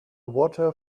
water